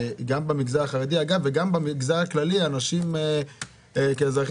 במגזר החרדי וגם במגזר הכללי אנשים כאזרחים